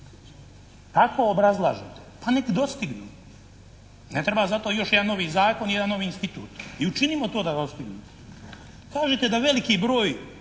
Tako obrazlažete. Pa nek' dostignu. Ne treba zato još jedan novi zakon i jedan novi institut. I učinimo to da dostignemo. Kažete da veliki broj